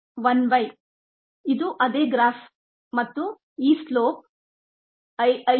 1 by ಇದು ಅದೇ graph ಮತ್ತು ಈ ಸ್ಲೋಪ್558